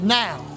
now